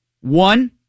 One